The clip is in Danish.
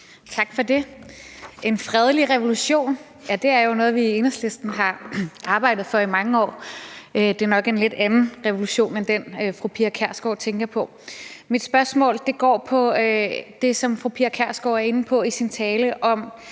Tak for det. En fredelig revolution er noget af det, vi har arbejdet for i Enhedslisten i mange år. Det er nok en lidt anden revolution end den, fru Pia Kjærsgaard tænker på. Mit spørgsmål går på det, som fru Pia Kjærsgaard er inde på i sin tale om